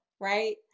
right